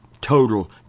total